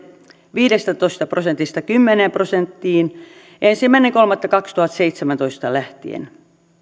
viidestätoista prosentista kymmeneen prosenttiin ensimmäinen kolmatta kaksituhattaseitsemäntoista lähtien myös